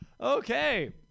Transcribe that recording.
Okay